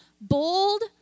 bold